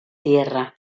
tierra